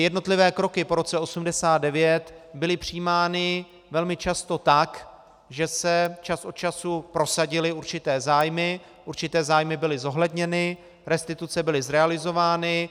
Jednotlivé kroky po roce 1989 byly přijímány velmi často tak, že se čas od času prosadily určité zájmy, určité zájmy byly zohledněny, restituce byly zrealizovány.